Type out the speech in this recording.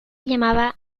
llamaba